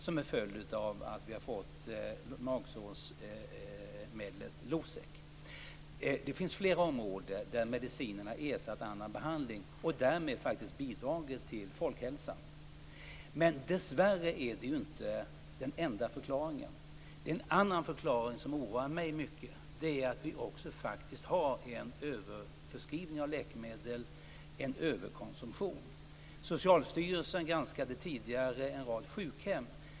Det är en följd av att det nu finns magsårsmedlet Losec. Det finns flera områden där medicinerna har ersatt annan behandling och därmed faktiskt bidragit till folkhälsan. Dessvärre är detta inte enda förklaringen. Det finns en annan förklaring som oroar mig, nämligen att det finns en överförskrivning av läkemedel och därmed en överkonsumtion. Socialstyrelsen granskade tidigare en rad sjukhem.